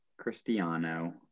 Cristiano